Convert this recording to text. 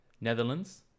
Netherlands